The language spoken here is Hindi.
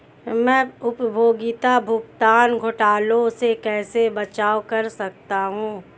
मैं उपयोगिता भुगतान घोटालों से कैसे बचाव कर सकता हूँ?